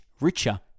richer